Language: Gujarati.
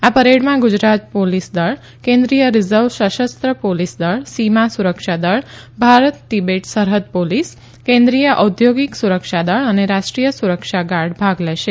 આ પરેડમાં ગુજરાત પોલીસ દળ કેન્દ્રીય રિઝર્વ સશસ્ત્ર પોલીસ દળ સીમા સુરક્ષા દળ ભારત તિબેટ સરહૃદ પોલીસ કેન્દ્રીય ઔદ્યોગિક સુરક્ષા દળ અને રાષ્ટ્રીય સુરક્ષા ગાર્ડ ભાગ લેશે